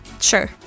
Sure